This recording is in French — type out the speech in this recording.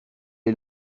les